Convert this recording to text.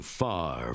far